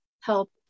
help